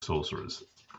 sorcerers